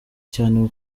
cyane